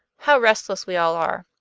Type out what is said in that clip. how restless we all are!